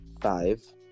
five